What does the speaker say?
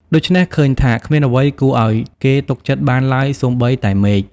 ដូច្នេះ ឃើញថាគ្មានអ្វីគួរឲ្យគេទុកចិត្តបានឡើយសូម្បីតែមេឃ ។